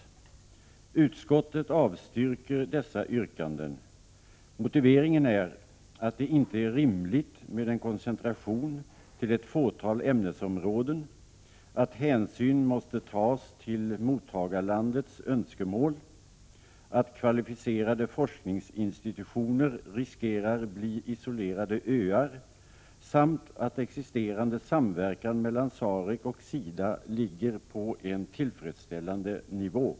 Utskottet avstyrker dessa förslag. Motiveringen är att det inte är rimligt med en koncentration till ett fåtal ämnesområden, att hänsyn måste tas till mottagarlandets önskemål, att kvalificerade forskningsinstitutioner riskerar att bli isolerade öar samt att existerande samverkan mellan SAREC och SIDA ligger på en tillfredsställande nivå.